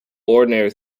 ordinary